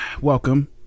welcome